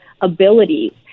abilities